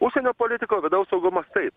užsienio politika vidaus saugumas taip